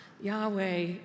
Yahweh